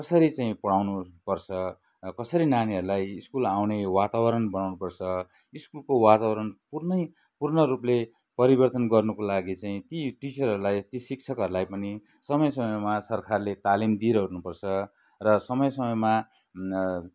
कसरी चाहिँ पढाउनु पर्छ कसरी नानीहरूलाई स्कुल आउने वातावरण बनाउनु पर्छ स्कुलको वातावरण पुर्णै पूर्णरूपले परिवर्तन गर्नुको लागि चाहिँ ती टिचरहरूलाई ती शिक्षकहरूलाई पनि समय समयमा सरकारले तालिम दिइरहनु पर्छ र समय समयमा